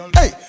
hey